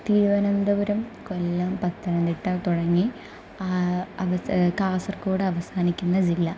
തിരുവനന്തപുരം കൊല്ലം പത്തനംതിട്ട തുടങ്ങി അവസ കാസർഗോഡവസാനിക്കുന്ന ജില്ല